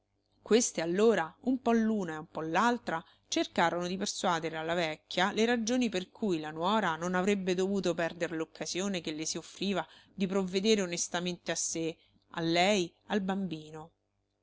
queste allora un po l'una e un po l'altra cercarono di persuadere alla vecchia le ragioni per cui la nuora non avrebbe dovuto perder l'occasione che le si offriva di provvedere onestamente a sé a lei al bambino